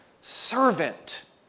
servant